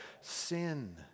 sin